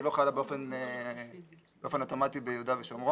היא לא חלה באופן אוטומטי ביהודה ושומרון.